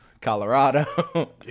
Colorado